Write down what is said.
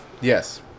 Yes